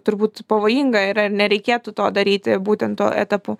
turbūt pavojinga yra ir nereikėtų to daryti būtent tuo etapu